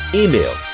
email